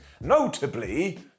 Notably